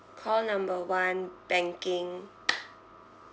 call number one banking